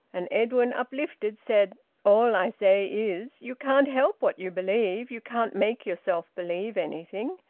and edwin, uplifted, said all i say is you can't help what you believe. you can't make yourself believe anything.